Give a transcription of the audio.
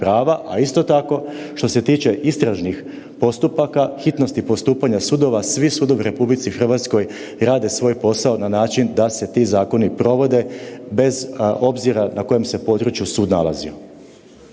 a isto tako što se tiče istražnih postupaka, hitnosti postupanja sudova, svi sudovi u RH rade svoj posao na način da se ti zakoni provode bez obzira na kojem se području sud nalazio.